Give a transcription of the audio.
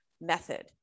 method